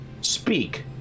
Speak